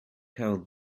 how